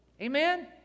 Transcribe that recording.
Amen